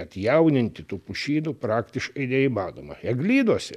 atjauninti tų pušynų praktiškai neįmanoma eglynuose